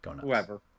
Whoever